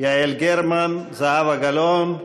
יעל גרמן, זהבה גלאון,